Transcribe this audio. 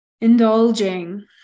indulging